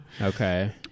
okay